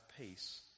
peace